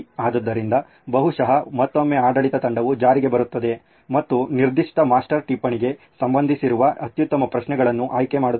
ಆದ್ದರಿಂದ ಬಹುಶಃ ಮತ್ತೊಮ್ಮೆ ಆಡಳಿತ ತಂಡವು ಜಾರಿಗೆ ಬರುತ್ತದೆ ಮತ್ತು ನಿರ್ದಿಷ್ಟ ಮಾಸ್ಟರ್ ಟಿಪ್ಪಣಿಗೆ ಸಂಬಂಧಿಸಿರುವ ಅತ್ಯುತ್ತಮ ಪ್ರಶ್ನೆಗಳನ್ನು ಆಯ್ಕೆ ಮಾಡುತ್ತದೆ